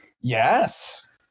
yes